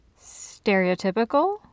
stereotypical